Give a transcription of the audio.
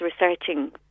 researching